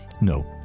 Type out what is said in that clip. No